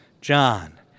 John